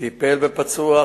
טיפל בפצוע,